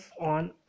on